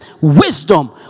wisdom